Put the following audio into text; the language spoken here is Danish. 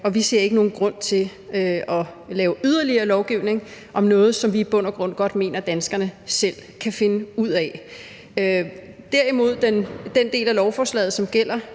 og vi ser ikke nogen grund til at lave yderligere lovgivning om noget, som vi i bund og grund godt mener danskerne selv kan finde ud af. Derimod er der den del af lovforslaget, som gælder